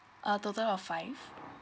a total of five